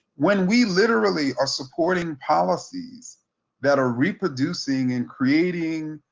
when we literally are supporting policies that are reproducing, and creating,